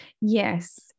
Yes